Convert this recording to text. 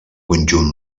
conjunt